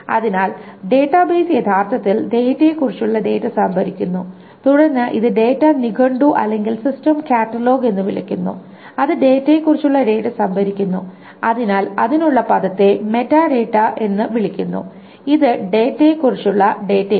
അതിനാൽ ഡാറ്റാബേസ് യഥാർത്ഥത്തിൽ ഡാറ്റയെക്കുറിച്ചുള്ള ഡാറ്റ സംഭരിക്കുന്നു തുടർന്ന് ഇത് ഡാറ്റ നിഘണ്ടു അല്ലെങ്കിൽ സിസ്റ്റം കാറ്റലോഗ് എന്ന് വിളിക്കുന്നു അത് ഡാറ്റയെക്കുറിച്ചുള്ള ഡാറ്റ സംഭരിക്കുന്നു അതിനാൽ അതിനുള്ള പദത്തെ മെറ്റാഡാറ്റ എന്ന് വിളിക്കുന്നു ഇത് ഡാറ്റയെക്കുറിച്ചുള്ള ഡാറ്റയാണ്